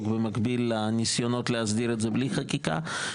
במקביל לניסיונות להסדיר את זה בלי חקיקה.